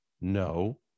No